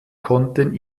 konnten